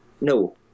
no